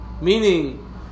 meaning